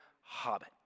hobbit